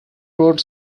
road